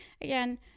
again